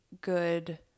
good